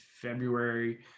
february